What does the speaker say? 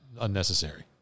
unnecessary